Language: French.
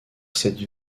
cette